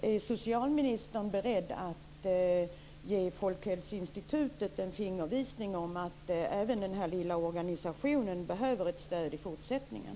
Är socialministern beredd att ge Folkhälsoinstitutet en fingervisning om att även den här lilla organisationen behöver ett stöd i fortsättningen?